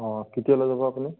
অঁ কেতিয়ালৈ যাব আপুনি